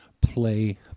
play